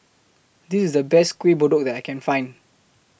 This IS The Best Kueh Kodok that I Can Find